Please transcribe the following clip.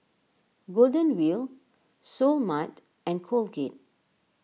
Golden Wheel Seoul Mart and Colgate